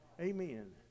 Amen